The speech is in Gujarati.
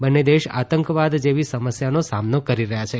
બંને દેશ આતંકવાદ જેવી સમસ્યાનો સામનો કરી રહ્યાં છે